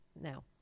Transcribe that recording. now